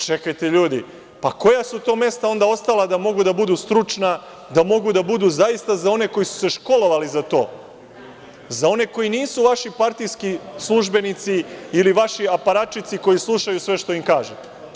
Čekajte ljudi, pa koja su to mesta onda ostala da mogu da budu stručna, da mogu da budu zaista za one koji su se školovali za to, za one koji nisu vaši partijski službenici ili vaši aparatčici koji slušaju sve što im kažete?